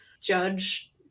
judge